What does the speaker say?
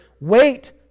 Wait